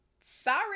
Sorry